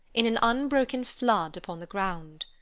in an unbroken flood upon the ground.